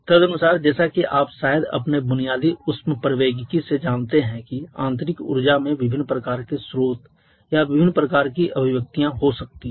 तदनुसार जैसा कि आप शायद अपने बुनियादी ऊष्मप्रवैगिकी से जानते हैं कि आंतरिक ऊर्जा में विभिन्न प्रकार के स्रोत या विभिन्न प्रकार की अभिव्यक्तियां हो सकती हैं